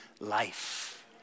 life